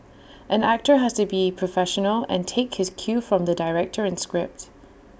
an actor has to be professional and take his cue from the director and script